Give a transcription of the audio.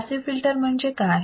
passive filters म्हणजे काय